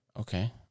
Okay